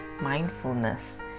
mindfulness